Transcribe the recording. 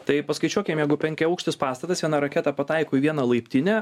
tai paskaičiuokim jeigu penkiaaukštis pastatas viena raketa pataiko į vieną laiptinę